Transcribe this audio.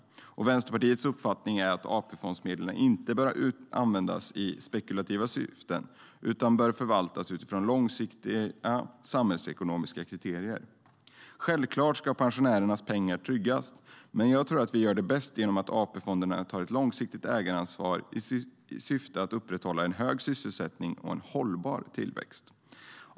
Vänsterpartiets uppfattning är att AP-fondsmedlen inte bör användas i spekulativa syften utan bör förvaltas utifrån långsiktiga, samhällsekonomiska kriterier. Självklart ska pensionärernas pengar tryggas, men jag tror att detta görs bäst genom att AP-fonderna tar ett långsiktigt ägaransvar i syfte att upprätthålla en hög sysselsättning och en hållbar tillväxt.